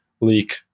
leak